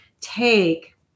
take